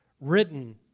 written